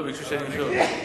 ביקשו שאני אמשוך.